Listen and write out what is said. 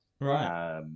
Right